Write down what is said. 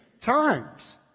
times